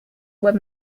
were